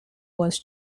was